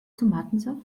tomatensaft